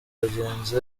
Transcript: bagenzi